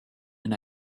and